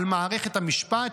על מערכת המשפט,